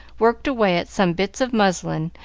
worked away at some bits of muslin,